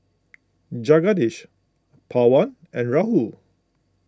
Jagadish Pawan and Rahul